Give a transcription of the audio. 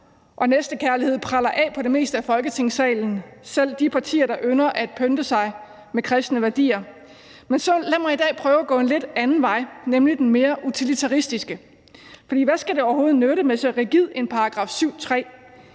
og næstekærlighed preller af på det meste af Folketingssalen, selv de partier, der ynder at pynte sig med kristne værdier, men så lad mig i dag prøve at gå en lidt anden vej, nemlig den mere utilitaristiske, for hvad skal det overhovedet nytte med så rigid en § 7,